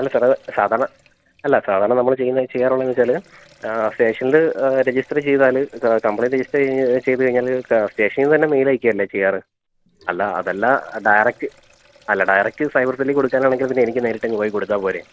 അല്ല സാറെ സാധാരണ അല്ല സാധാരണ നമ്മള് ചെയ്യുന്ന ചെയ്യാറുള്ളതെന്ന് വെച്ചാൽ സ്റ്റേഷനില് റെജിസ്റ്റെറ് ചെയ്താല് ക കംപ്ലെയിൻറ്റ് രജിസ്റ്റർ ചെയ്ത് കഴിഞ്ഞാല് ക സ്റ്റേഷനിൽ നിന്ന് തന്നെ മെയിൽ അയക്കുവല്ലെ ചെയ്യാറ് അല്ല അതല്ല ഡയറക്റ്റ് അല്ല ഡയറക്റ്റ് സൈബർ സെല്ലിൽ കൊടുക്കാനാണെങ്കിൽ പിന്നെ എനിക്ക് നേരിട്ടങ്ങ് പോയി കൊടുത്താൽ പോരെ